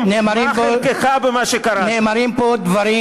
נאמרים פה,